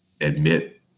admit